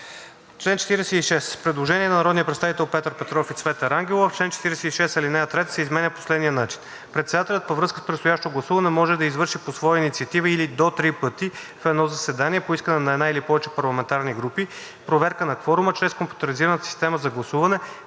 народните представители Петър Петров и Цвета Рангелова: „В чл. 46 ал. 3 се изменя по следния начин: „Председателят, във връзка с предстоящо гласуване, може да извърши по своя инициатива или до три пъти в едно заседание по искане на една или повече парламентарни групи проверка на кворума чрез компютризираната система за гласуване,